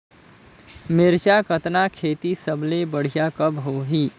मिरचा कतना खेती सबले बढ़िया कब होही?